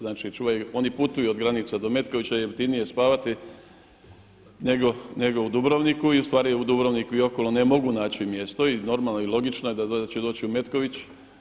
Znači oni putuju od granica do Metkovića, jeftinije je spavati nego u Dubrovniku i ustvari u Dubrovniku i okolo ne mogu naći mjesto i normalno i logično je da će doći u Metković.